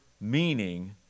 meaning